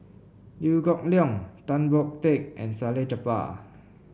Liew Geok Leong Tan Boon Teik and Salleh Japar